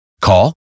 Call